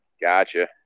Gotcha